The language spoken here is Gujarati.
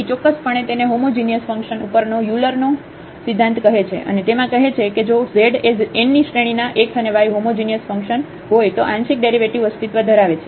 તેથી ચોક્કસપણે તેને હોમોજિનિયસ ફંક્શન ઉપરનો યુલરનો Euler's સિદ્ધાંત કહે છે અને તેમાં કહે છે કે જો z એ n શ્રેણીના x અને y હોમોજિનિયસ ફંક્શન હોય તો આ આંશિક ડેરિવેટિવ અસ્તિત્વ ધરાવે છે